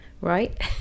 right